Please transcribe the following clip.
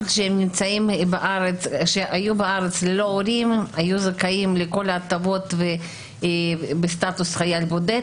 כשהם היו בארץ ללא הורים הם היו זכאים לכל ההטבות בסטטוס של חייל בודד,